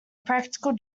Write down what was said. practical